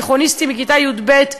תיכוניסטים מכיתה י"ב,